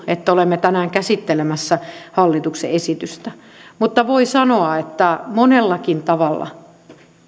että olemme tänään käsittelemässä hallituksen esitystä mutta voi sanoa että monellakin tavalla